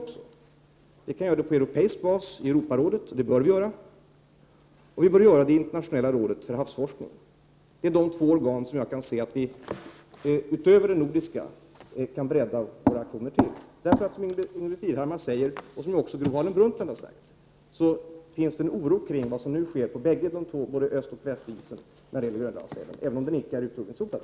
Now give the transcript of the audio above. Vi kan göra det i Europarådet, och det bör vi göra. Vi kan även göra det i Internationella rådet för havsforskning. Det är de två organ, utöver det nordiska, vi kan använda oss av. Som Ingbritt Irhammar sade, och vilket även Gro Harlem Brundtland har sagt, finns det en oro kring vad som nu sker på både östoch västisen när det gäller Grönlandssälen, även om den inte är utrotningshotad.